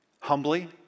Humbly